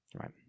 right